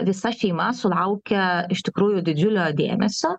visa šeima sulaukia iš tikrųjų didžiulio dėmesio